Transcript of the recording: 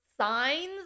signs